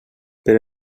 però